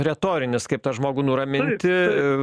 retorinis kaip tą žmogų nuraminti